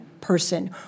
person